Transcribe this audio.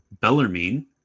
Bellarmine